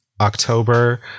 October